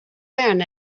learn